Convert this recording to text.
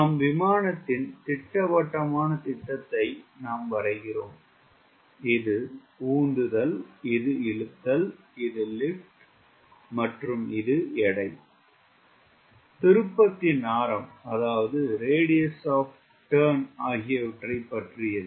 நாம் விமானத்தின் திட்டவட்டமான திட்டத்தை நாம் வரைகிறோம் இது உந்துதல் இது இழுத்தல் இது லிப்ட் மற்றும் எடை திருப்பத்தின் ஆரம் ஆகியவற்றை பற்றியது